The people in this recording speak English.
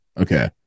Okay